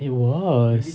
it was